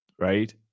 right